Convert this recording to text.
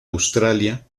australia